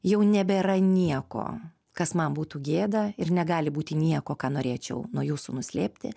jau nebėra nieko kas man būtų gėda ir negali būti nieko ką norėčiau nuo jūsų nuslėpti